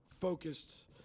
focused